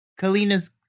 Kalina's